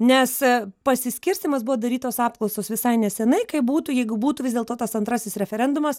nes pasiskirstymas buvo darytos apklausos visai nesenai kaip būtų jeigu būtų vis dėlto tas antrasis referendumas